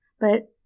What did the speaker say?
But-